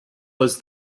was